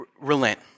relent